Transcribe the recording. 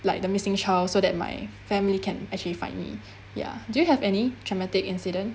like the missing child so that my family can actually find me ya do you have any traumatic incident